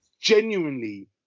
genuinely